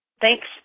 Thanks